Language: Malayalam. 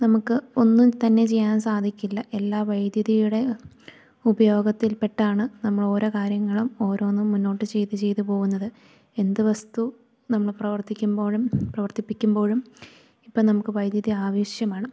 നമുക്ക് ഒന്നും തന്നെ ചെയ്യാൻ സാധിക്കില്ല എല്ലാ വൈദ്യുതിയുടെ ഉപയോഗത്തിൽ പെട്ടാണ് നമ്മളോരോ കാര്യങ്ങളും ഓരോന്നും മുന്നോട്ട് ചെയ്ത് ചെയ്ത് പോകുന്നത് എന്ത് വസ്തു നമ്മള് പ്രവർത്തിക്കുമ്പോഴും പ്രവർത്തിപ്പിക്കുമ്പോഴും ഇപ്പം നമുക്ക് വൈദ്യുതി ആവശ്യമാണ്